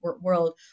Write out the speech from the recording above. world